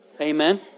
Amen